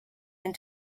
and